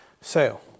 sale